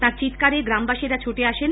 তাঁর চিৎকারে গ্রামবাসীরা ছুটে আসেন